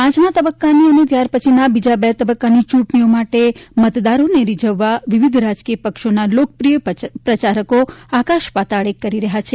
પાંચમાં તબકકાની અને ત્યાર પછીના બીજા બે તબકકાની ચુંટણીઓ માટે મતદારોને રીજવવા વિવિધ રાજકીય પક્ષોના લોકપ્રિય પ્રચારકો આકાશ પાતાળ એક કરી રહયાં છે